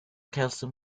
calcium